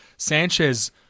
Sanchez